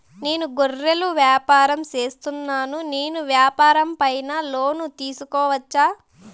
నేను గొర్రెలు వ్యాపారం సేస్తున్నాను, నేను వ్యాపారం పైన లోను తీసుకోవచ్చా?